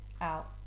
out